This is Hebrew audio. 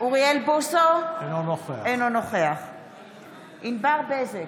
אינו נוכח ענבר בזק,